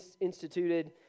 instituted